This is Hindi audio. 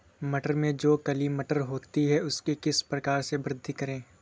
मटरों में जो काली मटर होती है उसकी किस प्रकार से वृद्धि करें?